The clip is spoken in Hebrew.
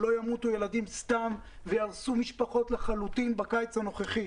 שלא ימותו ילדים סתם וייהרסו משפחות לחלוטין בקיץ הנוכחי.